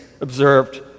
observed